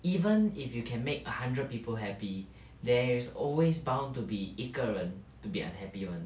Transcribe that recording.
even if you can make a hundred people happy there is always bound to be 一个人 to be unhappy [one]